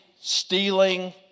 stealing